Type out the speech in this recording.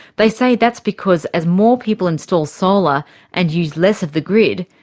they say that's because as more people install solar and use less of the grid,